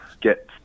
get